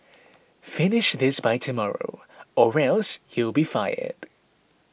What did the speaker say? finish this by tomorrow or else you'll be fired